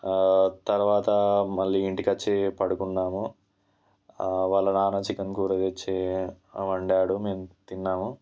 తర్వాత మళ్లీ ఇంటికి వచ్చి పడుకున్నాము వాళ్ళ నాన్న చికెన్ కూర తెచ్చి వండాడు మేము తిన్నాము